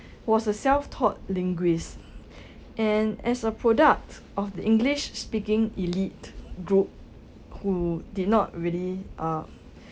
was a self-taught linguist and as a product of the english speaking elite group who did not really uh